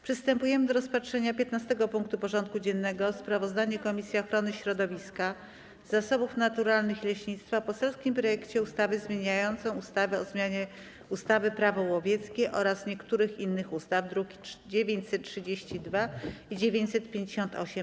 Przystępujemy do rozpatrzenia punktu 15. porządku dziennego: Sprawozdanie Komisji Ochrony Środowiska, Zasobów Naturalnych i Leśnictwa o poselskim projekcie ustawy zmieniającej ustawę o zmianie ustawy - Prawo łowieckie oraz niektórych innych ustaw (druki nr 932 i 958)